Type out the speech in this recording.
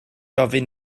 ofyn